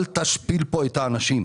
אל תשפיל את האנשים.